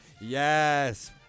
Yes